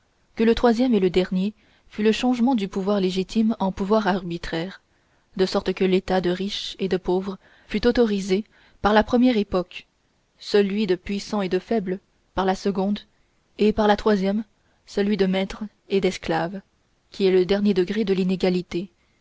que le troisième et dernier fut le changement du pouvoir légitime en pouvoir arbitraire en sorte que l'état de riche et de pauvre fut autorisé par la première époque celui de puissant et de faible par la seconde et par la troisième celui de maître et d'esclave qui est le dernier degré de l'inégalité